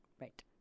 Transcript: right